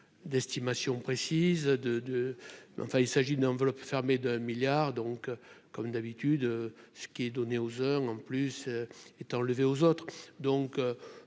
de, mais enfin il s'agit d'une enveloppe fermée d'un milliard donc comme d'habitude, ce qui est donné aux heures non plus et t'enlevé aux autres.